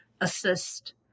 assist